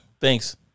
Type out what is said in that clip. Thanks